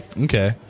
Okay